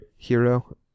Hero